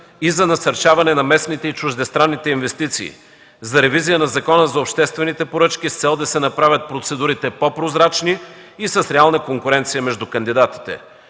и за насърчаване на местните и чуждестранните инвестиции, за ревизия на Закона за обществените поръчки с цел да се направят процедурите по-прозрачни и с реална конкуренция между кандидатите.